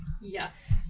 Yes